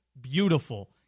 beautiful